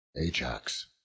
Ajax